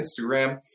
Instagram